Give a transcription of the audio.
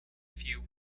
few